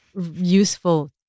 useful